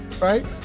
right